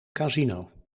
casino